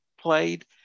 Played